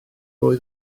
oedd